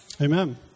Amen